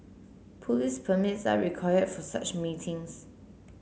police permits are require for such meetings